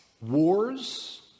wars